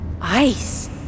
ice